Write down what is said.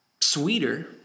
sweeter